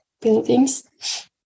buildings